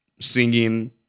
singing